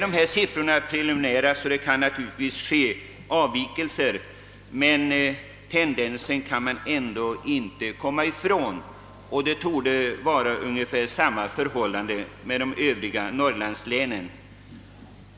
Dessa siffror är preliminära och avvikelser kan naturligtvis inträffa, men tendensen kan man ändå inte komma ifrån. Det torde råda ungefär samma förhållanden inom de övriga norrlandslänen.